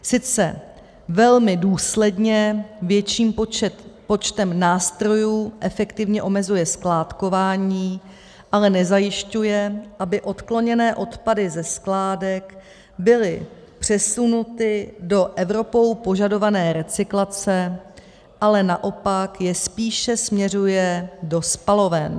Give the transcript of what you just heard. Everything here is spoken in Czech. Sice velmi důsledně větším počtem nástrojů, efektivně omezuje skládkování, ale nezajišťuje, aby odkloněné odpady ze skládek byly přesunuty do Evropou požadované recyklace, ale naopak je spíše směřuje do spaloven.